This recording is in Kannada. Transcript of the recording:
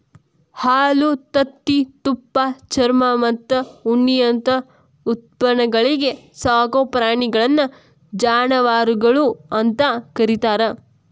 ಹಾಲು, ತತ್ತಿ, ತುಪ್ಪ, ಚರ್ಮಮತ್ತ ಉಣ್ಣಿಯಂತ ಉತ್ಪನ್ನಗಳಿಗೆ ಸಾಕೋ ಪ್ರಾಣಿಗಳನ್ನ ಜಾನವಾರಗಳು ಅಂತ ಕರೇತಾರ